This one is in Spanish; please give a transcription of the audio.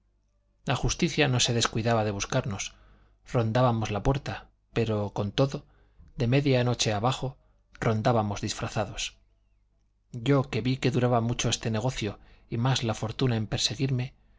la justicia no se descuidaba de buscarnos rondábanos la puerta pero con todo de media noche abajo rondábamos disfrazados yo que vi que duraba mucho este negocio y más la fortuna en perseguirme